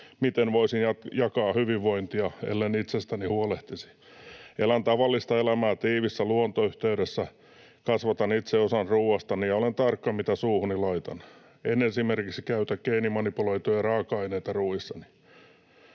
Miten voisin jakaa hyvinvointia, ellen itsestäni huolehtisi? Elän tavallista elämää tiiviissä luontoyhteydessä. Kasvatan itse osan ruoastani ja olen tarkka, mitä suuhuni laitan. En esimerkiksi käytä geenimanipuloituja raaka-aineita ruoissani.